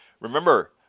Remember